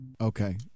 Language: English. okay